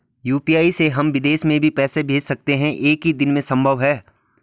UPI से हम विदेश में भी पैसे भेज सकते हैं एक ही दिन में संभव है?